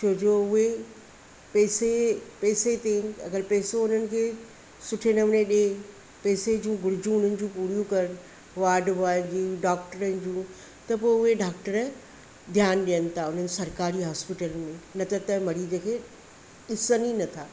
छोजो उहे पैसे पैसे ते अगरि पैसो उन्हनि खे सुठे नमूने ॾिए पैसे जूं घुरिजूं हुननि जूं पूरियूं कर वाड बॉय जी डॉक्टरनि जूं त पोइ उहे डॉक्टर ध्यानु ॾियनि था उन्हनि सरकारी हॉस्पिटल में न त त मरीज़ खे ॾिसनि ई नथा